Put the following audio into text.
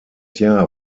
jahr